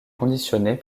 conditionnés